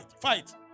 Fight